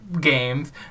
games